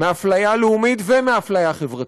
מאפליה לאומית ומאפליה חברתית,